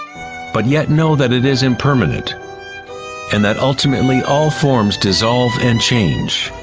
but yet know that it is impermanent and that ultimately all forms dissolve and change.